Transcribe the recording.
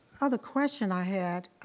other question i had,